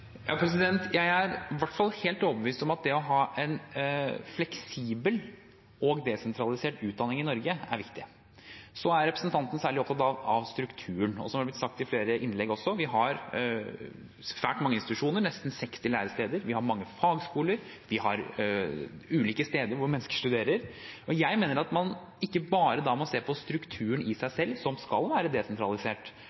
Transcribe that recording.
Jeg er i hvert fall helt overbevist om at det å ha en fleksibel og desentralisert utdanning i Norge er viktig. Så er representanten særlig opptatt av strukturen. Og som det har vært sagt i flere innlegg, har vi svært mange institusjoner – nesten 60 læresteder – vi har mange fagskoler, vi har ulike steder hvor mennesker studerer. Jeg mener at man ikke bare må se på strukturen i seg